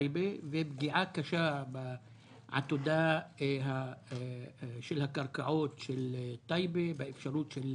טייבה ופגיעה קשה בעתודה של הקרקעות של טייבה והאפשרות של